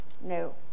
no